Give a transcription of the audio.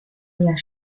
der